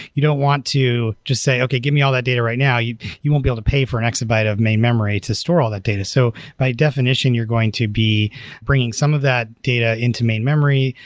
you don't want to just say, okay. give me all that data right now. you you won't be able to pay for an x-byte of main memory to store all that data. so by definition, you're going to be bringing some of that data into main memory.